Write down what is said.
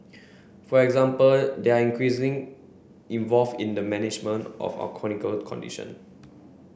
for example they are increasing involve in the management of our chronical condition